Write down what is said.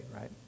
right